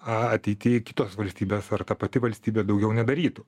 ateity kitos valstybės ar ta pati valstybė daugiau nedarytų